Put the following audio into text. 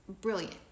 brilliant